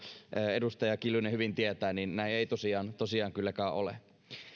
edustaja kiljunen hyvin tietää niin näin ei tosiaan tosiaan kylläkään ole